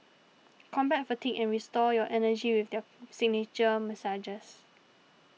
combat fatigue and restore your energy with their signature massages